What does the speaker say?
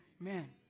amen